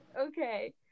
Okay